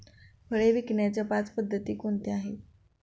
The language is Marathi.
फळे विकण्याच्या पाच पद्धती कोणत्या आहेत?